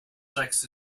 sex